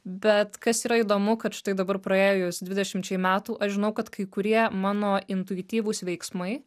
bet kas yra įdomu kad štai dabar praėjus dvidešimčiai metų aš žinau kad kai kurie mano intuityvūs veiksmai